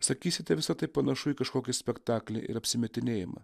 sakysite visa tai panašu į kažkokį spektaklį ir apsimetinėjimą